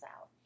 out